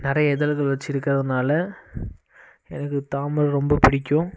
நிறைய இதழ்கள் வச்சிருக்கறதனால எனக்கு தாமரை ரொம்ப பிடிக்கும்